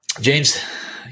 James